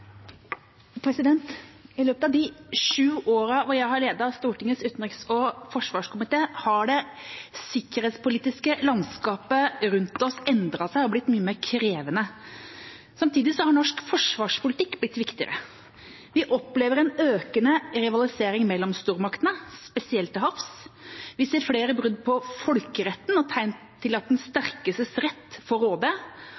I løpet av de sju årene jeg har ledet Stortingets utenriks- og forsvarskomité, har det sikkerhetspolitiske landskapet rundt oss endret seg og blitt mye mer krevende. Samtidig har norsk forsvarspolitikk blitt viktigere. Vi opplever en økende rivalisering mellom stormaktene, spesielt til havs. Vi ser flere brudd på folkeretten og tegn til at den